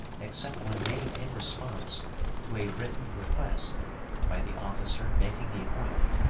except when made in response to a written request by the officer making the appointment,